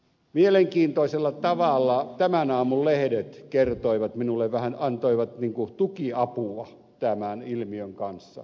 mielenkiintoisella tavalla tämän aamun lehdet antoivat vähän niin kuin tukiapua tämän ilmiön kanssa